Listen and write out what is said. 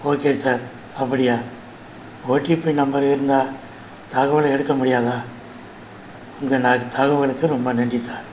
okay sir அப்படியா OTP number இருந்தால் தகவல் எடுக்க முடியாதா உங்கள் தகவலுக்கு ரொம்ப நன்றி சார்